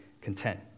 content